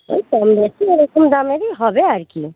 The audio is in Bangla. ওই কম বেশি ওরকম দামেরই হবে আর কি